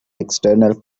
external